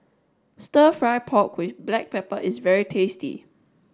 Stir Fry Pork with Black Pepper is very tasty